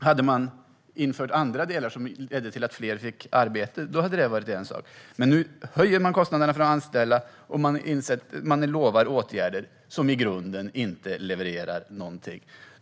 Hade man infört andra delar som ledde till att fler fick arbete hade det varit en sak, men nu höjer man kostnaderna för att anställa och lovar åtgärder som i grunden inte levererar någonting.